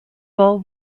bowl